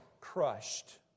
crushed